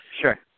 Sure